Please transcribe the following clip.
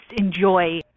enjoy